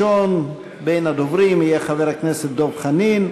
מס' 4280 ו-4281.